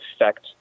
effect